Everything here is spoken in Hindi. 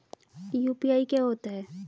यू.पी.आई क्या होता है?